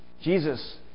Jesus